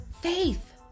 faith